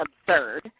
absurd